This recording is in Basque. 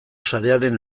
sarearen